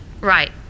Right